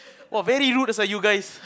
!woah! very rude sia you guys